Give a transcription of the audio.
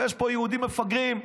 יש פה יהודים מפגרים,